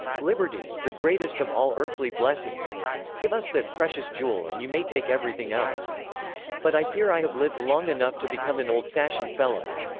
liberty, the greatest of all earthly blessings give us that precious jewel and you may take everything but i fear i have lived long enough to become an old-fashioned fellow.